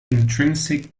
intrinsic